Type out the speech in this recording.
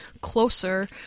closer